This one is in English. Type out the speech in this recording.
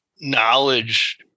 knowledge